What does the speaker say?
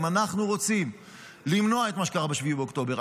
אם אנחנו רוצים למנוע את מה שקרה ב-7 באוקטובר,